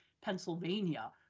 Pennsylvania